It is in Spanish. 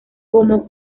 como